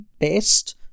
best